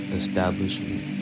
establishment